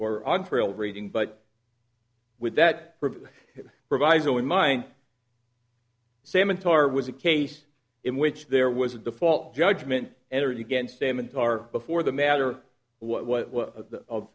or on trail reading but with that proviso in mind samatar was a case in which there was a default judgment energy against statements are before the matter